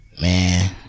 Man